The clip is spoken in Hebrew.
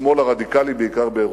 השמאל הרדיקלי בעיקר באירופה.